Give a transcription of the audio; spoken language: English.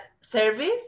service